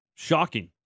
Shocking